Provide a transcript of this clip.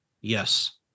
yes